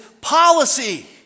policy